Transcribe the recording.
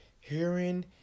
hearing